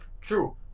True